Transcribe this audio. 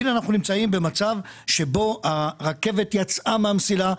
אנחנו נמצאים עכשיו במצב שבו הרכבת יצאה מהמסילה,